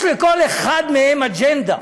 יש לכל אחד מהם אג'נדה.